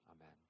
Amen